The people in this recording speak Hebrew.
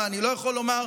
מה אני לא יכול לומר,